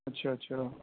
اچھا اچھا